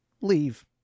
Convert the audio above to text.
leave